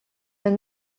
yng